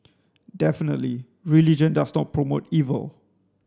definitely religion does not promote evil